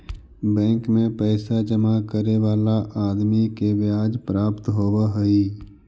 bank में पैसा जमा करे वाला आदमी के ब्याज प्राप्त होवऽ हई